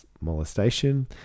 molestation